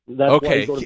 Okay